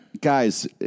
Guys